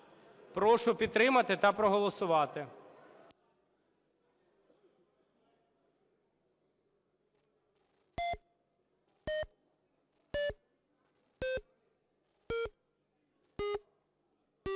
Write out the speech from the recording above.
Прошу підтримати та проголосувати.